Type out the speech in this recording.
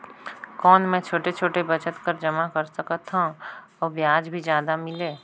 कौन मै छोटे छोटे बचत कर जमा कर सकथव अउ ब्याज भी जादा मिले?